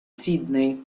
sydney